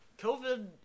COVID